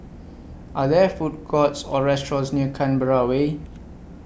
Are There Food Courts Or restaurants near Canberra Way